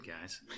guys